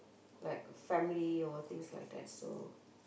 like family or things like that so